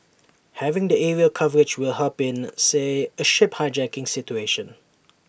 having the aerial coverage will help in say A ship hijacking situation